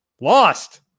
lost